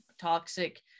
toxic